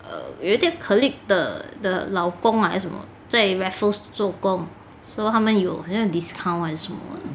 err 有一个 colleague 的的老公啊还是什么在 raffles 做工 so 他们有很像 discount 还是什么的